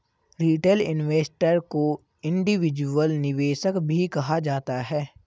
retail investor को individual निवेशक भी कहा जाता है